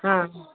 ആ